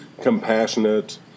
compassionate